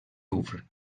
louvre